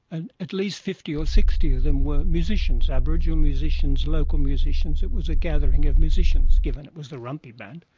and at least fifty or sixty of them were aboriginal musicians, local musicians, it was a gathering of musicians, given it was the warumpi band.